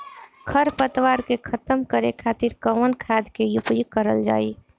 खर पतवार के खतम करे खातिर कवन खाद के उपयोग करल जाई?